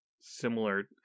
similar